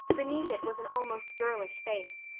beneath it was an almost girlish face,